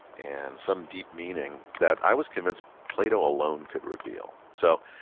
and some deep meaning that i was convinced plato alone could reveal. so,